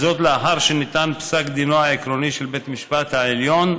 וזאת לאחר שניתן פסק דינו העקרוני של בית המשפט העליון